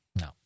no